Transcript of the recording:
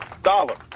dollar